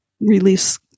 release